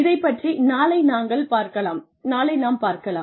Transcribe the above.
இதைப் பற்றி நாளை நாங்கள் பார்க்கலாம்